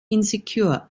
insecure